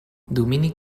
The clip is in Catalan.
domini